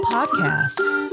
Podcasts